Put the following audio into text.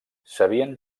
sabien